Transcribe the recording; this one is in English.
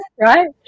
right